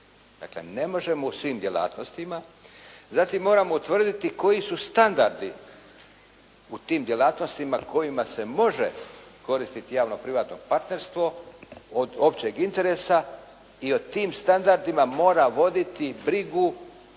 Dakle ne možemo u svim djelatnostima. Zatim moramo utvrditi koji su standardi u tim djelatnostima kojima se može koristiti javno privatno partnerstvo od općeg interesa i o tim standardima mora voditi brigu